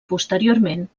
posteriorment